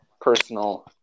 personal